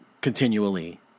continually